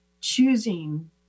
choosing